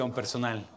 personal